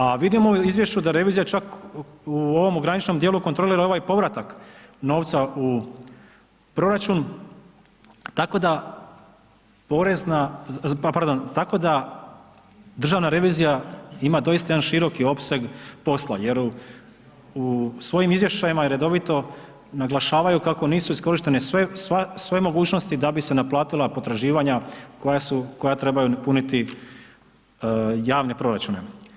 A vidimo u izvješću da revizija čak u ovom ograničenom dijelu kontrolira i ovaj povratak novca u proračun, tako da porezna, pardon, tako da državna revizija ima doista jedan široki opseg posla, jer u svojim izvješćima redovito i naglašavaju kako nisu iskorištene sve mogućnosti da bi se naplatila potraživanja koja su, koja trebaju puniti javni proračune.